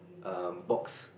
err box